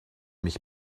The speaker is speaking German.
mich